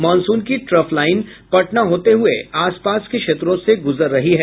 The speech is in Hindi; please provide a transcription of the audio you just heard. मॉनसून की ट्रफ लाइन पटना होते हुये आस पास के क्षेत्रों से गुजर रही है